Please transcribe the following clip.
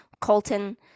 colton